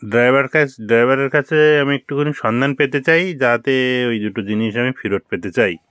driver কাছ ড্রাইভারের কাছে আমি একটুখানি সন্ধান পেতে চাই যাতে ওই দুটো জিনিস আমি ফেরত পেতে চাই